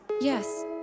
Yes